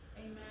Amen